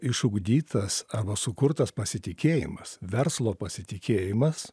išugdytas arba sukurtas pasitikėjimas verslo pasitikėjimas